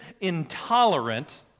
intolerant